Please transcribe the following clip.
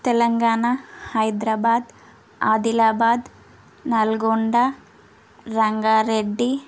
Telangana Hyderabad Adilabad Nalgonda Rangareddy